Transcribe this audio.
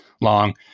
long